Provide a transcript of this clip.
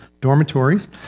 dormitories